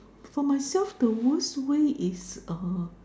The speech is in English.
for myself the worst way is